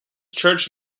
church